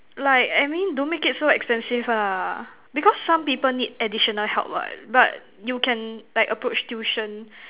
like I mean don't make it so expensive ah because some people need additional help what but you can like approach tuition